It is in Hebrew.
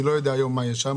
אני לא יודע מה יש שם היום,